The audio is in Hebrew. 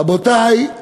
רבותי,